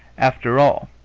after all,